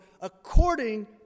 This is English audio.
according